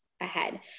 ahead